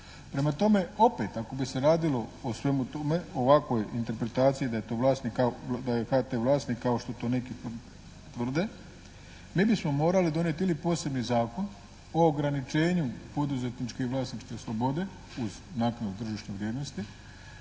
Prema tome opet ako bi se radilo o svemu tome ovakvoj interpretaciji da je to vlasnik kao, da je HT vlasnik kao što to neki tvrde mi bismo morali donijeti ili posebni zakon o ograničenju poduzetničke i vlasničke slobode uz naknadu tržišne vrijednosti